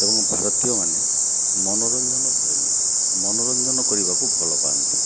ଏବଂ ଭାରତୀୟମାନେ ମନୋରଞ୍ଜନ ଧର୍ମୀ ଓ ମନୋରଞ୍ଜନ କରିବାକୁ ଭଲ ପାଆନ୍ତି